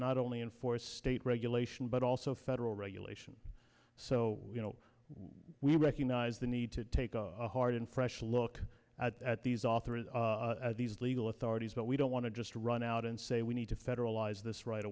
not only enforce state regulation but also federal regulation so you know we recognize the need to take a hard and fresh look at these author is these legal authorities but we don't want to just run out and say we need to federalize this right